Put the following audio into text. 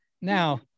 now